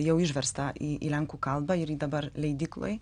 jau išversta į į lenkų kalbą ir ji dabar leidykloj